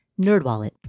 NerdWallet